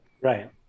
Right